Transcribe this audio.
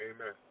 amen